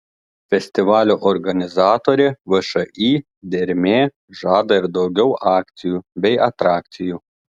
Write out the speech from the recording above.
festivalio organizatorė všį dermė žada ir daugiau akcijų bei atrakcijų